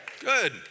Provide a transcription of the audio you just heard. Good